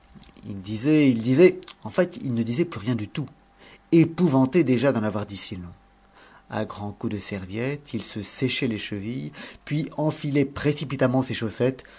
il disait il disait en fait il ne disait plus rien du tout épouvanté déjà d'en avoir dit si long à grands coups de serviette il se séchait les chevilles puis enfilait précipitamment ses chaussettes